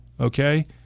okay